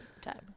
Time